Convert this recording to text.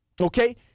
okay